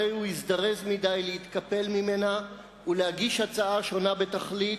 הרי הוא הזדרז מדי להתקפל ממנה ולהגיש הצעה שונה בתכלית,